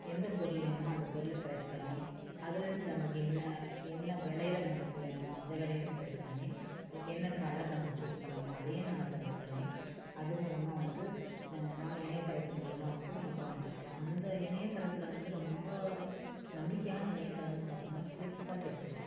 எந்த பொருள் வேணுமோ அந்த பொருளை செலெக்ட் பண்ணி அதிலருந்து நம்மளுக்கு என்ன என்ன விலையில நம்மளுக்கு வேணுமோ அந்த விலையும் செலெக்ட் பண்ணி அதுக்கு என்ன கலர் நம்மளுக்கு சூஸ் பண்ணணுமோ அதையும் நம்ம செலெக்ட் பண்ணி அது மூலமாக வந்து நம்ம இணையதளத்தின் மூலமாக வந்து நம்ம இப்போ வாங்கிக்கிலாம் அந்த இணையத்தளத்தில் வந்து ரொம்ப நம்பிக்கையான இணையதளம்னு பார்த்தோம்னா ஃபிளிப்கார்ட் எடுத்துக்கலாம்